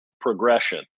progression